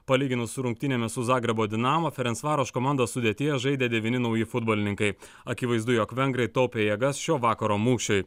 palyginus su rungtynėmis su zagrebo dinamo ferensvaroš komandos sudėtyje žaidė devyni nauji futbolininkai akivaizdu jog vengrai taupė jėgas šio vakaro mūšiui